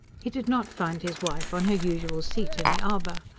he did not find his wife on her usual seat in the arbour.